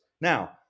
Now